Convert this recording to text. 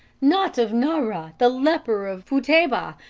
not of nahra, the leper of futtebah.